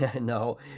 No